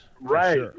Right